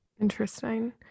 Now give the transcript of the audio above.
Interesting